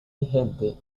vigente